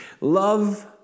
Love